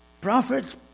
prophets